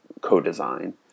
co-design